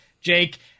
jake